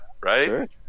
right